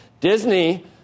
Disney